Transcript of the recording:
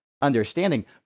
understanding